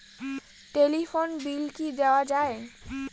Telephone bill কি দেওয়া যায়?